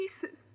pieces